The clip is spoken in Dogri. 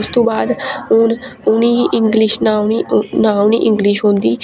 उसतूं बाद हून उ'नें ई इंग्लिश हून न उ'नें ई इंगलिश औंदी